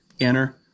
Enter